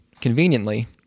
conveniently